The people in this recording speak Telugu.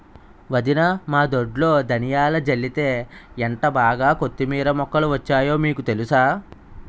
వదినా మా దొడ్లో ధనియాలు జల్లితే ఎంటబాగా కొత్తిమీర మొక్కలు వచ్చాయో మీకు తెలుసా?